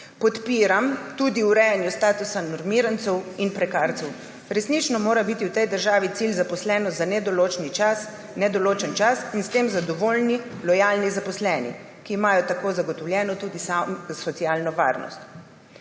Podpiram tudi urejanje statusa normirancev in prekarcev. Resnično mora biti v tej državi cilj zaposlenost za nedoločen čas in s tem zadovoljni, lojalni zaposleni, ki imajo tako zagotovljeno tudi socialno varnost.